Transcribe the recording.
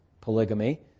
polygamy